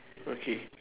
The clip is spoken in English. okay